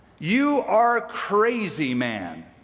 you are crazy, man.